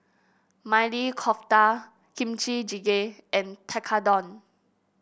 Maili Kofta Kimchi Jjigae and Tekkadon